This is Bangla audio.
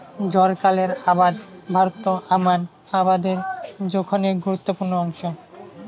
জ্বারকালের আবাদ ভারতত আমান আবাদের জোখনের গুরুত্বপূর্ণ অংশ